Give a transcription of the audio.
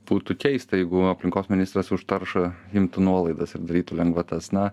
būtų keista jeigu aplinkos ministras už taršą imtų nuolaidas ir darytų lengvatas na